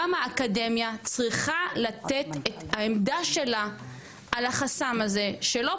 גם האקדמיה צריכה לתת את העמדה שלה על החסם הזה שלא